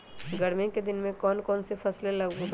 गर्मी के दिन में कौन कौन फसल लगबई?